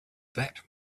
that